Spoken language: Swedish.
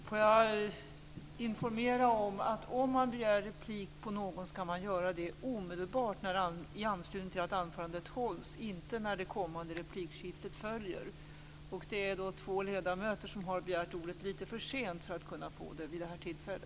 Låt mig informera om att om man begär replik på någon skall man göra det omedelbart i anslutning till att anförandet hålls, inte under det kommande replikskiftet. Det är två ledamöter som har begärt ordet lite för sent för att kunna få det vid detta tillfälle.